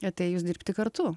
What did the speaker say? atėjus dirbti kartu